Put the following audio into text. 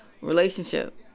relationship